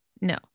No